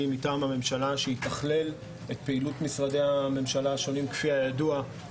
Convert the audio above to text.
מטעם הממשלה שיתכלל את פעילות משרדי הממשלה השונים כפי הידוע,